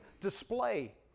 display